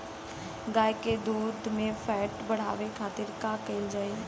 गाय के दूध में फैट बढ़ावे खातिर का कइल जाला?